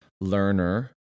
learner